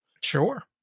sure